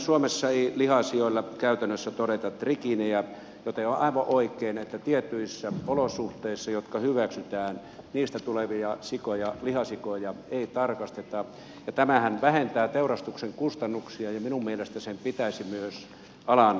suomessa ei lihasioilla käytännössä todeta trikiiniä joten on aivan oikein että tietyistä olosuhteista jotka hyväksytään tulevia sikoja lihasikoja ei tarkasteta ja tämähän vähentää teurastuksen kustannuksia ja minun mielestäni sen pitäisi myös alan kilpailukykyä parantaa